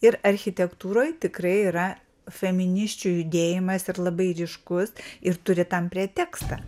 ir architektūroj tikrai yra feminisčių judėjimas ir labai ryškus ir turi tam pretekstą